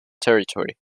territory